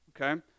Okay